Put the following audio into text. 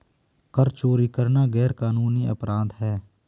कर चोरी करना गैरकानूनी अपराध है